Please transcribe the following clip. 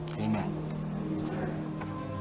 Amen